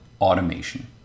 automation